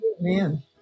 Man